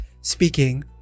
speaking